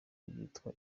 ryitwa